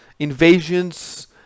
Invasions